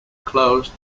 closed